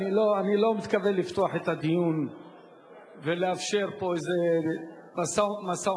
אני לא מתכוון לפתוח את הדיון ולאפשר פה איזה משא-ומתן.